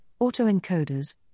autoencoders